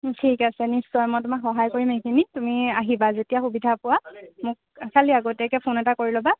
ঠিক আছে নিশ্চয় মই তোমাক সহায় কৰিম এইখিনিত তুমি আহিবা যেতিয়া সুবিধা পোৱা মোক খালি আগতীয়াকৈ ফোন এটা কৰি ল'বা